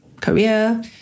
career